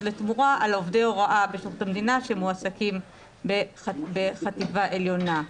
לתמורה על עובדי הוראה בשירות המדינה שמועסקים בחטיבה העליונה.